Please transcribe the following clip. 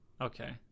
okay